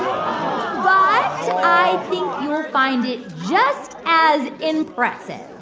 i think you'll find it just as impressive.